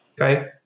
Okay